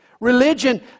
Religion